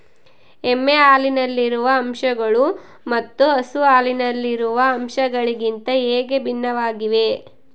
ಎಮ್ಮೆ ಹಾಲಿನಲ್ಲಿರುವ ಅಂಶಗಳು ಮತ್ತು ಹಸು ಹಾಲಿನಲ್ಲಿರುವ ಅಂಶಗಳಿಗಿಂತ ಹೇಗೆ ಭಿನ್ನವಾಗಿವೆ?